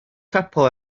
capel